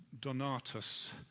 Donatus